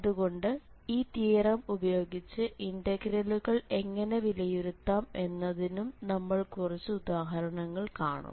അതുകൊണ്ട് ഈ തിയറം ഉപയോഗിച്ചു ഇന്റഗ്രലുകൾ എങ്ങനെ വിലയിരുത്താം എന്നതിനും നമ്മൾ കുറച്ച് ഉദാഹരണങ്ങൾ കാണും